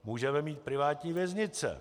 Můžeme mít privátní věznice.